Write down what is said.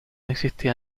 existía